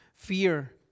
Fear